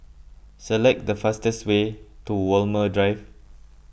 select the fastest way to Walmer Drive